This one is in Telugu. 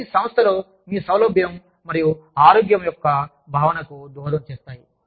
ఇవన్నీ సంస్థలో మీ సౌలభ్యం మరియు ఆరోగ్యం యొక్క భావనకు దోహదం చేస్తాయి